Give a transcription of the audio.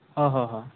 ହଁ ହଁ ହଁ